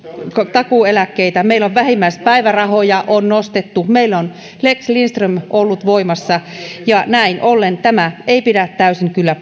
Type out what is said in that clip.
takuueläkkeitä meillä vähimmäispäivärahoja on nostettu meillä on lex lindström ollut voimassa näin ollen tämä ei pidä täysin kyllä